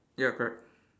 ya correct